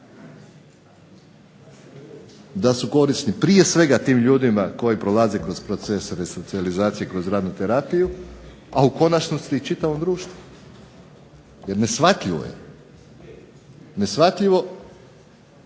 da su korisni prije svega tim ljudima koji prolaze kroz proces resocijalizacije kroz radnu terapiju, a u konačnosti čitavom društvu. Jer neshvatljivo je, neshvatljivo